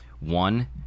One